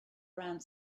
around